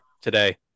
today